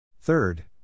Third